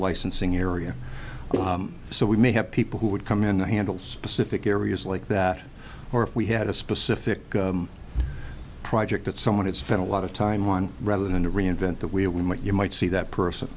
licensing area so we may have people who would come in and handles specific areas like that or if we had a specific project that someone had spent a lot of time on rather than to reinvent the wheel we might you might see that person